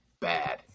bad